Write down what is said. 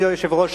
אדוני היושב-ראש,